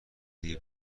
دیگه